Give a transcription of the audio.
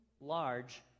large